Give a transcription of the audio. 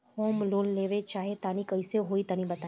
हम लोन लेवल चाह तनि कइसे होई तानि बताईं?